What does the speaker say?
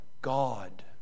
God